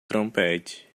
trompete